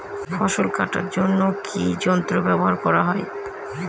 ফসল কাটার জন্য কি কি যন্ত্র ব্যাবহার করা হয়?